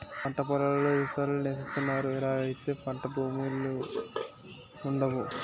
పంటపొలాలన్నీ ఇళ్లస్థలాలు సేసస్తన్నారు ఇలాగైతే పంటభూములే వుండవు